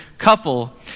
couple